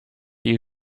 you